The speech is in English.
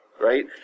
Right